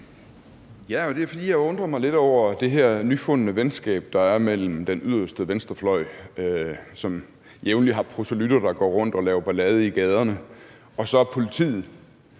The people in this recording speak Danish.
jeg undrer mig lidt over det her nyfundne venskab, der er mellem den yderste venstrefløj, som jævnligt har proselytter, der går rundt og laver ballade i gaderne, og så politiet.